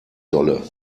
solle